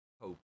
hope